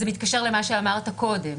זה מתקשר למה שאמרת קודם.